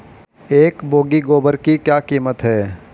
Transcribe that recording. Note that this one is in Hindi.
एक बोगी गोबर की क्या कीमत है?